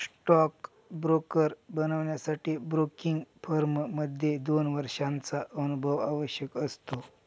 stock broker बनण्यासाठी broking firm मध्ये दोन वर्षांचा अनुभव आवश्यक असतो